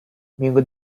minggu